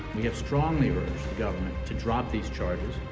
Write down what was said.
we have strongly urged the government to drop these charges.